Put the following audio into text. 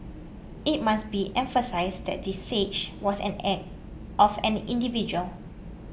it must be emphasised that the siege was an act of an individual